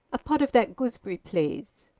a pot of that gooseberry, please.